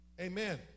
Amen